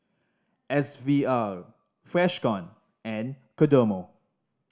S V R Freshkon and Kodomo